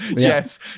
yes